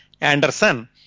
Anderson